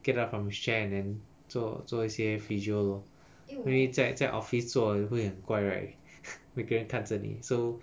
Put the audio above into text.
get out from his chair and then 做做一些 physiotherapy lor 因为在在 office 做也会很怪 right 每个人看着你 so